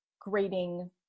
grading